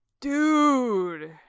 Dude